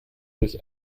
durch